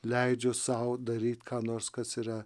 leidžiu sau daryt ką nors kas yra